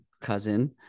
cousin